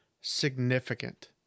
significant